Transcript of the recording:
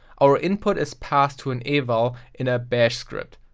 our input is passed to an eval in a bash script.